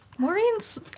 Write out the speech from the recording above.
Maureen's